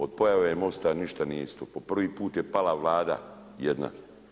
Od pojave MOST-a ništa nije isto, po prvi pt je pala Vlada jedna.